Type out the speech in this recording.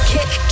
Kick